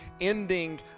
ending